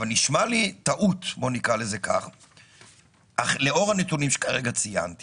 אבל לאור הנתונים שכרגע ציינתי